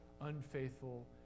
unfaithful